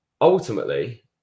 ultimately